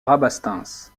rabastens